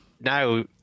Now